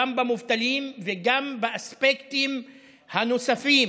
גם במובטלים וגם באספקטים הנוספים.